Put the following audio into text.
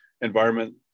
environment